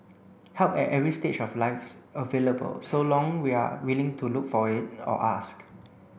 help at every stage of life is available so long we are willing to look for it or ask